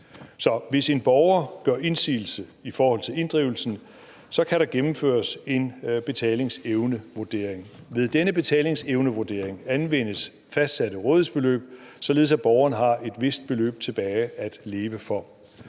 hvis en borger gør indsigelse i forhold til inddrivelsen, kan der gennemføres en betalingsevnevurdering. Ved denne betalingsevnevurdering anvendes fastsatte rådighedsbeløb, således at borgeren har et vist beløb tilbage at leve for.